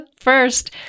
first